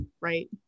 right